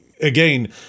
again